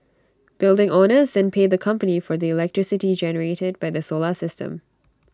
building owners then pay the company for the electricity generated by the solar system